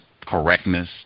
correctness